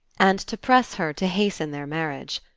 and to press her to hasten their marriage.